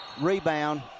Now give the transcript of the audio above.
rebound